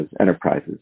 enterprises